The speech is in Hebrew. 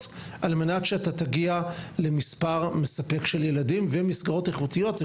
על מנת שתוכל להגיע למספר מספק של ילדים ומסגרות איכותיות.